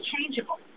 changeable